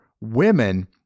women